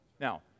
Now